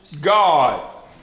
God